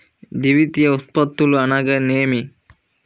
ద్వితీయ ఉత్పత్తులు అనగా నేమి?